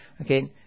Okay